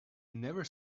never